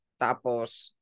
Tapos